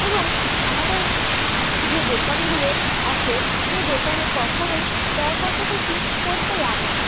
এবং আমাদের যে দোকানগুলো আছে সেই দোকানে কখনোই দর কষাকষি করতে লাগে না